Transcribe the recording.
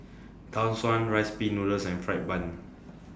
Tau Suan Rice Pin Noodles and Fried Bun